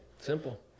Simple